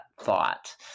thought